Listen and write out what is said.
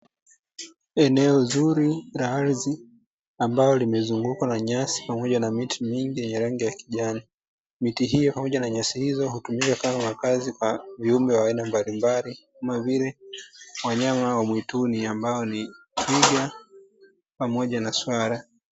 Eneo zuri la ardhi, ambalo limezungukwa na nyasi pamoja na miti mingi yenye rangi ya kijani. Miti hio pamoja na nyasi hizo hutumika kama makazi kwa viumbe wa aina mbalimbali, kama vile wanyama wa mwituni ambao ni twiga, pamoja swala.